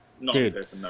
Dude